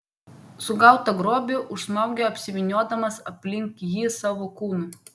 sugautą grobį užsmaugia apsivyniodamas aplink jį savo kūnu